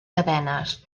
cadenes